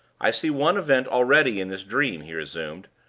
i see one event already in this dream, he resumed,